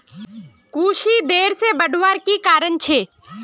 कुशी देर से बढ़वार की कारण छे?